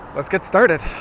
let's get started.